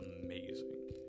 amazing